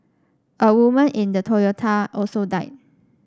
a woman in the Toyota also died